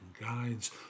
guides